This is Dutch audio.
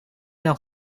nog